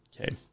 Okay